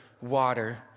water